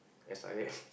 as I have